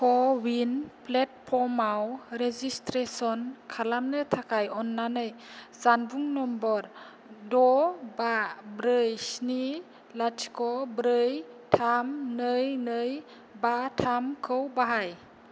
क'विन प्लेटफर्मआव रेजिस्ट्रेसन खालामनो थाखाय अन्नानै जानबुं नम्बर द' बा ब्रै स्नि लाथिख' ब्रै थाम नै नै बा थामखौ बाहाय